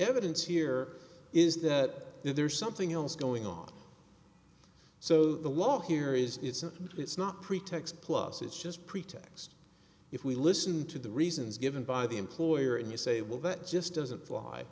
evidence here is that there's something else going on so the war here isn't it's not pretext plus it's just pretext if we listen to the reasons given by the employer and you say well that just doesn't fly